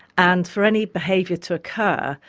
and for any behaviour to occur,